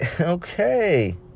Okay